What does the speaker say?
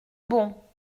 bon